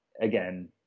Again